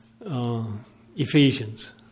Ephesians